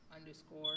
underscore